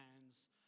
hands